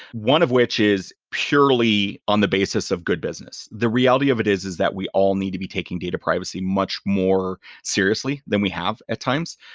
one of which is purely on the basis of good business. the reality of it is, is that we all need to be taking data privacy much more seriously than we have at times.